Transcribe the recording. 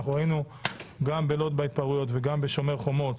ראינו גם בהתפרעויות בלוד וגם ב"שומר חומות"